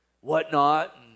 whatnot